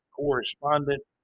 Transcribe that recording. correspondent